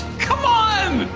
come on!